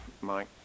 Mike